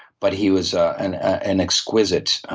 but he was ah an an exquisite